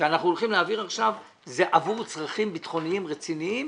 שאנחנו הולכים להעביר עכשיו הם עבור צרכים ביטחוניים רציניים